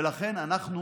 ולכן, אנחנו